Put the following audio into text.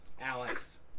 Alex